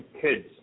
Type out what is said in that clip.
kids